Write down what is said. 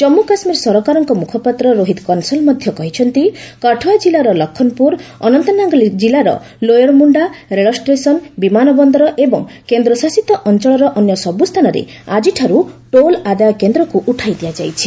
ଜମ୍ମୁ କାଶ୍ମୀର ସରକାରଙ୍କ ମୁଖପାତ୍ର ରୋହିତ କଂସଲ୍ ମଧ୍ୟ କହିଛନ୍ତି କାଠୁଆ ଜିଲ୍ଲାର ଲଖନ୍ପୁର ଅନନ୍ତନାଗ ଜିଲ୍ଲାର ଲୋୟର୍ ମୁଣ୍ଡା ରେଳଷ୍ଟେସନ୍ ବିମାନ ବନ୍ଦର ଏବଂ କେନ୍ଦ୍ରଶାସିତ ଅଞ୍ଚଳର ଅନ୍ୟ ସବୁ ସ୍ଥାନରେ ଆଜିଠାରୁ ଟୋଲ୍ ଆଦାୟ କେନ୍ଦ୍ରକୁ ଉଠାଇ ଦିଆଯାଇଛି